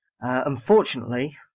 Unfortunately